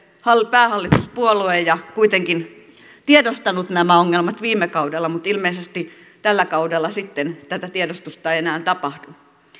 päähallituspuolue ja kuitenkin tiedostanut nämä ongelmat viime kaudella mutta ilmeisesti tällä kaudella sitten tätä tiedostusta ei enää tapahdu